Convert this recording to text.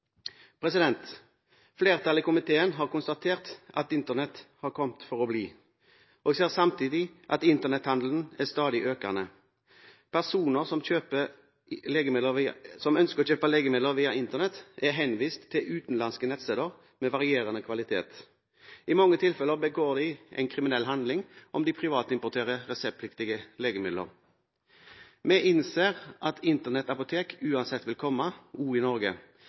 Flertallet i komiteen har konstatert at Internett har kommet for å bli, og ser samtidig at Internett-handelen er stadig økende. Personer som ønsker å kjøpe legemidler via Internett, er henvist til utenlandske nettsteder med varierende kvalitet. I mange tilfeller begår de en kriminell handling om de privatimporterer reseptpliktige legemidler. Vi innser at Internett-apotek uansett vil komme, også i Norge.